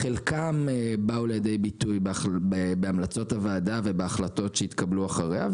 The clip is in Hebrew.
חלקן באו לידי ביטוי בהמלצות הוועדה ובהחלטות שהתקבלו אחריה,